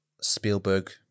Spielberg